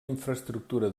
infraestructura